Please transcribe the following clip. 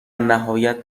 نهایت